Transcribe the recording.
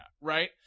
right